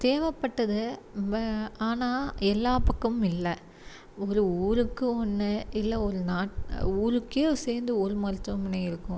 தேவைப்பட்டது ஆனால் எல்லா பக்கமும் இல்லை ஒரு ஊருக்கு ஒன்று இல்லை ஒரு ஊருக்கே சேர்ந்து ஒரு மருத்துவமனை இருக்கும்